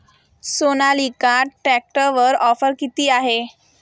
सोनालिका ट्रॅक्टरवर ऑफर किती आहे?